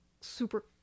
super